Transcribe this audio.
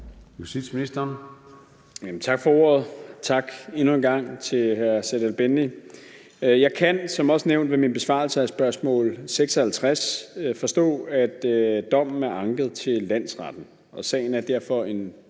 Tak for ordet. Tak endnu en gang til hr. Serdal Benli. Jeg kan, som også nævnt ved min besvarelse af spørgsmål S 56, forstå, at dommen er anket til landsretten, og sagen er derfor en